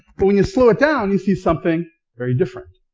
but when you slow it down, you see something very different.